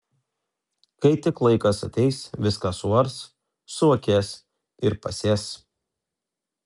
kai tik laikas ateis viską suars suakės ir pasės